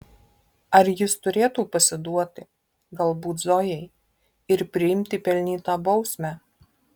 ar jis turėtų pasiduoti galbūt zojai ir priimti pelnytą bausmę